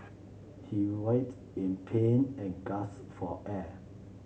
he writhed in pain and gasped for air